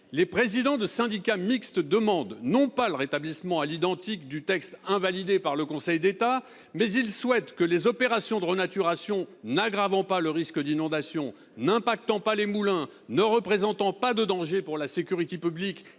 les présidents de syndicat mixte, s'ils ne demandent pas le rétablissement à l'identique du texte invalidé par le Conseil d'État, souhaitent que les opérations de renaturation n'aggravant pas le risque d'inondation, n'affectant pas les moulins, ne présentant pas de danger pour la sécurité publique